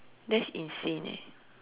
that's insane eh